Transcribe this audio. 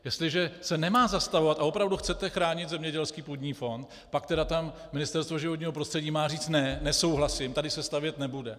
Jestliže se nemá zastavovat a opravdu chcete chránit zemědělský půdní fond, pak tam Ministerstvo životního prostředí má říct: Ne, nesouhlasím, tady se stavět nebude.